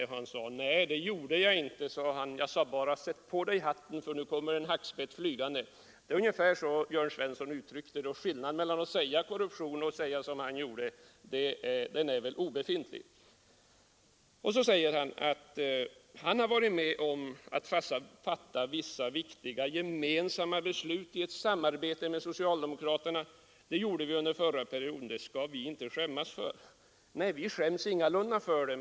Han sade: Nej det gjorde jag inte, jag sade bara: Ta på dig hatten för nu kommer det en hackspett flygande. Det är ungefär så som Jörn Svensson uttryckte det. Skillnaden mellan att använda ordet korrumption och säga som han gjorde är väl obefintlig. Han säger vidare att han varit med om att fatta vissa viktiga gemensamma beslut i ett samarbete med socialdemokraterna. Det gjorde vi under förra perioden, det skall vi inte skämmas för, säger han. Nej, vi skäms ingalunda för det.